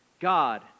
God